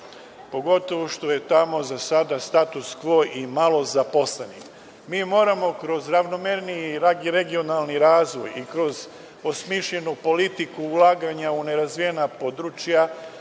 pogotovo što je tamo za sada status kvo i malo zaposlenih. Mi moramo kroz ravnomerniji regionalni razvoj i kroz smišljenu politiku ulaganja u nerazvijena područja